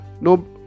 no